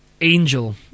Angel